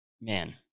man